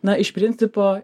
na iš principo